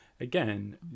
again